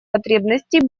потребностей